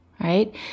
right